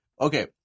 Okay